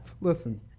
listen